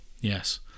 Yes